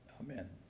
Amen